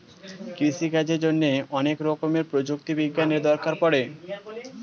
কৃষিকাজের জন্যে অনেক রকমের প্রযুক্তি বিজ্ঞানের দরকার পড়ে